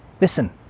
Listen